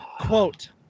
Quote